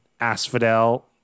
Asphodel